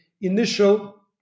initial